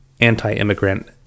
anti-immigrant